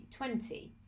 2020